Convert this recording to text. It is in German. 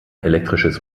elektrisches